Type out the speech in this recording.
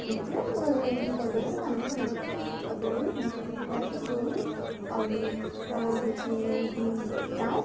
ଏମିତି ରଜ ପର୍ବ ପାଳନ କରାଯାଏ ଆଉ ଦୋଳି ପ୍ରାୟତଃ ଦୋଳି ଆଉ ହେଉଛି ତାସ୍